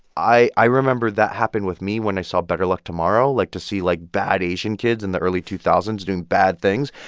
i i remember that happened with me when i saw better luck tomorrow. like, to see, like, bad asian kids in the early two thousand s doing bad things.